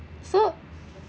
so